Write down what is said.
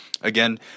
again